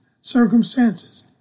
circumstances